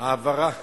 הוא העברה